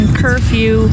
curfew